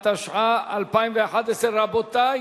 התשע"א 2011. רבותי,